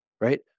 right